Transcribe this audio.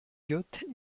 yacht